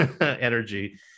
energy